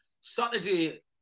Saturday